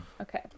Okay